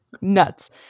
nuts